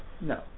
No